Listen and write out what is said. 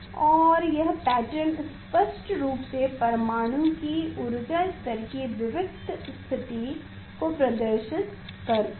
और यह पैटर्न स्पष्ट रूप से परमाणुओं की ऊर्जा स्तर की विविक्त्त स्थिति को प्रदर्शित कर रहा है